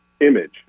image